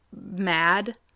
mad